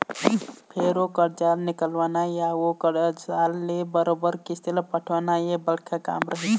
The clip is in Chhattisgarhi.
फेर ओ करजा ल निकलवाना या ओ करजादार ले बरोबर किस्ती ल पटवाना ये बड़का काम रहिथे